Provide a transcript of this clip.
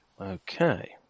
Okay